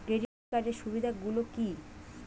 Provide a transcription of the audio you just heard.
Credit কার্ডের সুবিধা গুলো কি?